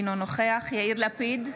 אינו נוכח יאיר לפיד,